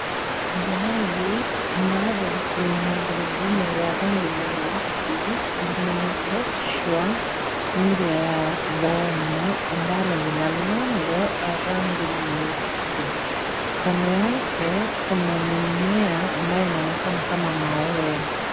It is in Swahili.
Gari ambalo lina magurudumu ya rangi nyeusi, imeegeshwa nje ya boma, ambalo lina lango la rangi nyeusi. Kando yake kuna mimea ambayo inaonekana kama maua.